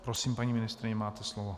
Prosím, paní ministryně, máte slovo.